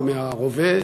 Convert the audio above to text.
או מהרובה,